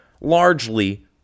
Largely